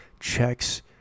checks